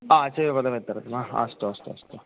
हा आचार्य पदनिमित्तं किल अस्तु अस्तु अस्तु